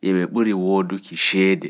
e ɓe ɓuri wooduki ceede.